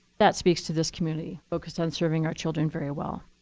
that speaks to this community, focused on serving our children very well.